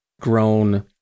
grown